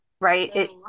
right